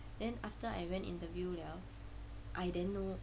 then after I went interview liao I then know